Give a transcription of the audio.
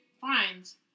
finds